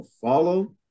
follow